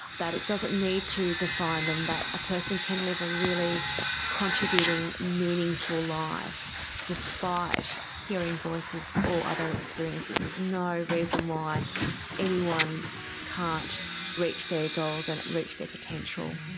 that it doesn't need to define them, that a person can live a really contributing, meaningful life despite hearing voices or other experiences. there is no reason why anyone can't reach their goals and and reach their potential.